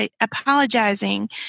apologizing